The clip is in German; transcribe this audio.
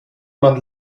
man